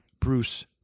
Bruce